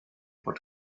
for